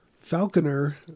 falconer